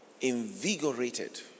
invigorated